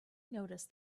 noticed